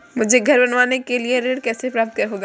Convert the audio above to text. मुझे घर बनवाने के लिए ऋण कैसे प्राप्त होगा?